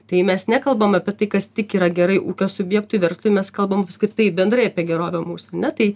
tai mes nekalbam apie tai kas tik yra gerai ūkio subjektui verslui mes kalbam apskritai bendrai apie gerovę mūsų ane tai